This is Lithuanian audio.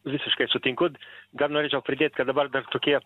visiškai sutinku gal norėčiau pridėti kad dabar dar tokie